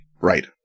right